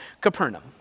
Capernaum